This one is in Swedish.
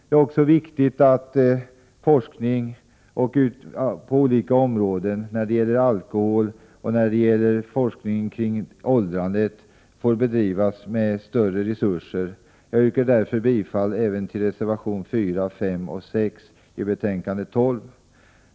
Det är också viktigt att forskningen när det gäller alkohol och forskningen när det gäller åldrande får ökade resurser. Jag yrkar därför bifall även till reservationerna 4, 5 och 6 i betänkande 12.